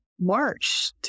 March